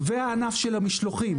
והענף של המשלוחים.